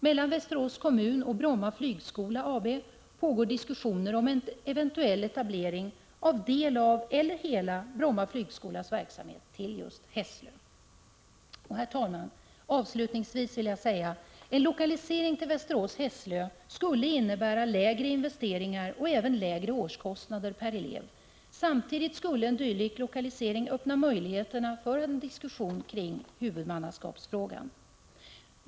Mellan Västerås kommun och Bromma flygskola AB pågår diskussioner om en eventuell etablering av del av eller hela Bromma flygskolas verksamhet till Hässlö. Herr talman! Avslutningsvis vill jag säga att en lokalisering till Västerås/ Hässlö skulle innebära lägre investeringar och även lägre årskostnader per elev. Samtidigt skulle en dylik lokalisering öppna möjligheterna att diskutera huvudmannaskapsfrågan.